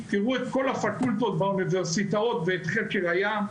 תראו את כל הפקולטות באוניברסיטאות לחקר הים.